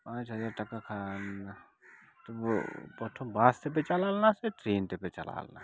ᱯᱟᱸᱪ ᱦᱟᱡᱟᱨ ᱴᱟᱠᱟ ᱠᱷᱟᱱ ᱛᱚᱵᱩ ᱯᱨᱚᱛᱷᱚᱢ ᱵᱟᱥ ᱛᱮᱯᱮ ᱪᱟᱞᱟᱣ ᱞᱮᱱᱟ ᱥᱮ ᱴᱨᱮᱱ ᱛᱮᱯᱮ ᱪᱟᱞᱟᱣ ᱞᱮᱱᱟ